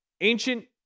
Ancient